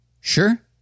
Sure